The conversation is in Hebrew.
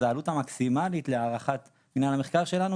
זה העלות המקסימלית להערכת מינהל המחקר שלנו,